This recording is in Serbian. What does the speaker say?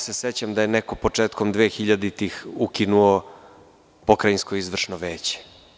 Sećam se da je neko početkom 2000. godine ukinuo Pokrajinsko izvršno veće.